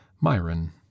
Myron